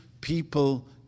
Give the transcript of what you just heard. people